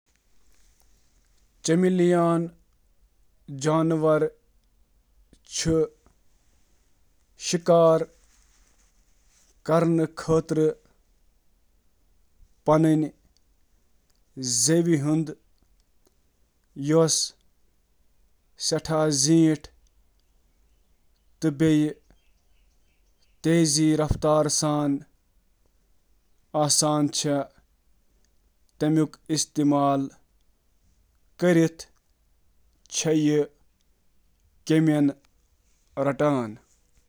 Chameleon چِھ پننہٕ زیٹھ، چپچپا زبانہٕ استعمال کٔرتھ پننس شکارس پیٹھ حملہٕ کرنہٕ تہٕ مارنہٕ خٲطرٕ کیٚمۍ رٹان۔